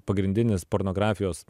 pagrindinis pornografijos